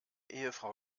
ehefrau